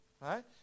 right